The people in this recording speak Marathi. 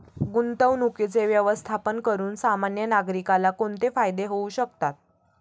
गुंतवणुकीचे व्यवस्थापन करून सामान्य नागरिकाला कोणते फायदे होऊ शकतात?